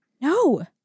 No